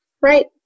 right